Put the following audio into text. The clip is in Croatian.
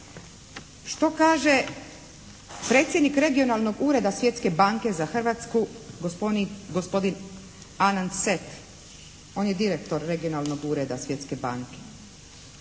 Što kaže predsjednik Regionalnog ureda Svjetske banke za Hrvatsku gospodin Anan Set. On je direktor Regionalnog ureda Svjetske banke.